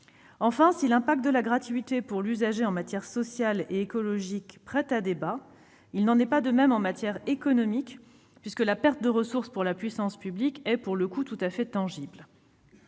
Enfin, si l'incidence de la gratuité pour l'usager en matière sociale et écologique prête à débat, il n'en est pas de même sur le plan économique, puisque la perte de ressources pour la puissance publique est, pour le coup, tout à fait tangible.